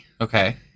Okay